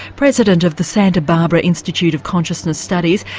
president of the santa barbara institute of consciousness studies.